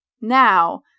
Now